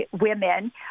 women